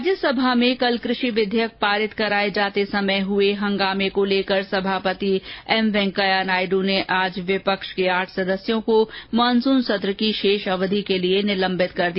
राज्यसभा में कल कृषि विधेयक पारित कराये जाते समय हुए हंगामे को लेकर सभापति एम वेंकैया नायडू ने आज विपक्ष के आठ सदस्यों को मॉनसून सत्र की शेष अवधि के लिए निलंबित कर दिया